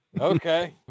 Okay